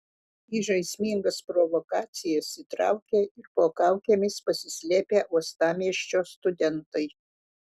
į žaismingas provokacijas įtraukė ir po kaukėmis pasislėpę uostamiesčio studentai